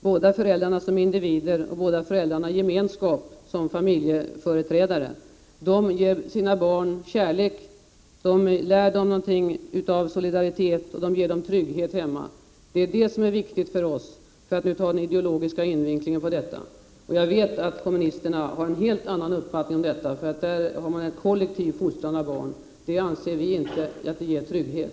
Båda föräldrarna som individer och båda föräldrarna i gemenskap som familjeföreträdare ger sina barn kärlek, lär dem solidaritet och ger dem trygghet hemma. Det är detta som är viktigt för oss, för att nu ta en ideologisk invinkling på detta. Jag vet att kommunisterna har en helt annan uppfattning här. De vill ha en kollektiv fostran av barn. Men det anser vi inte ger trygghet.